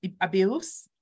abuse